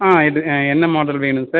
ஆமாம் என்ன மாடல் வேணும் சார்